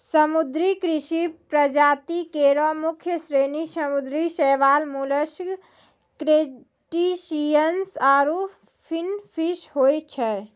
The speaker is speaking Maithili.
समुद्री कृषि प्रजाति केरो मुख्य श्रेणी समुद्री शैवाल, मोलस्क, क्रसटेशियन्स आरु फिनफिश होय छै